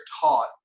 taught